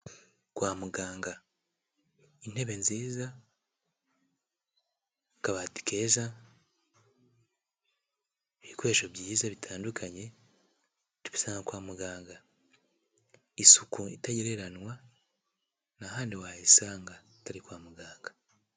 Kwa muganga intebe nziza, akabati keza, ibikoresho byiza bitandukanye tubisanga kwa muganga. Isuku itagereranywa nta handi wayisanga tubisanga kwa muganga.